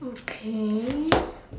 okay